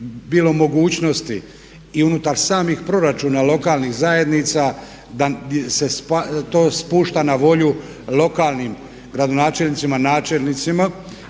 bilo mogućnosti i unutar samih proračuna lokalnih zajednica da se to spušta na volju lokalnim gradonačelnicima, načelnicima